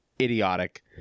idiotic